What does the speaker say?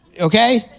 Okay